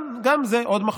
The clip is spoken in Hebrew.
גם זה עוד מחלוקת.